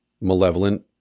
malevolent